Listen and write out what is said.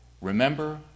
Remember